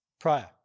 prior